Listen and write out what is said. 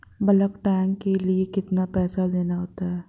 Bulk tank के लिए कितना पैसा देना होता है?